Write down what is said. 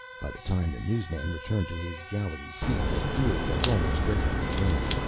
by the time the newsman returned to his gallery seat, the duel was almost ready to begin